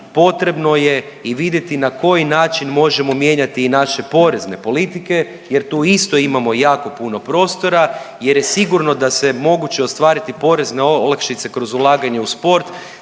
potrebno je i vidjeti na koji način možemo mijenjati i naše porezne politike jer tu isto imamo jako puno prostora jer je sigurno da se moguće ostvariti porezne olakšice kroz ulaganja u sport